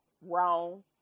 wrong